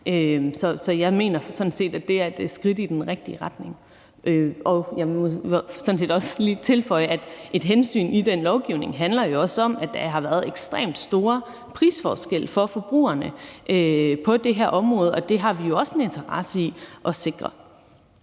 sådan set, at det er et skridt i den rigtige retning. Og jeg må sådan set også lige tilføje, at et hensyn i den lovgivning jo også handler om, at der har været ekstremt store prisforskelle for forbrugerne på det her område, og det har vi jo også en interesse i at sikre